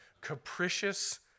Capricious